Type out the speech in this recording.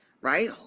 right